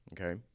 Okay